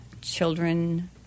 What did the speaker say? children